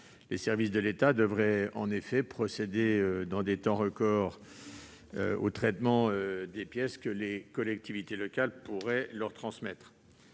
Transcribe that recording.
les services de l'État devraient procéder dans des temps record au traitement des pièces que les collectivités territoriales pourraient leur transmettre.